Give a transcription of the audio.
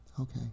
okay